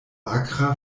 akra